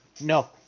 No